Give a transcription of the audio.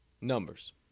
numbers